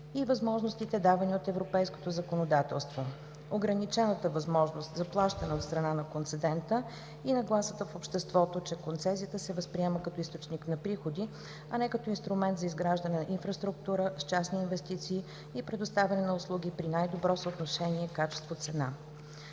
и възможностите, давани от европейското законодателство; ограничената възможност за плащане от страна на концедента и нагласата в обществото, че концесията се възприема като източник на приходи, а не като инструмент за изграждане на инфраструктура с частни инвестиции и предоставяне на услуги при най-добро съотношение качество-цена.